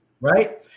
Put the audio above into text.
right